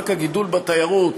רק הגידול בתיירות,